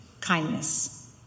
kindness